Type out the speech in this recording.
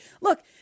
Look